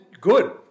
Good